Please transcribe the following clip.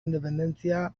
independentzia